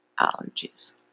allergies